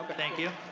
but thank you.